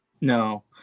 No